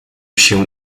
się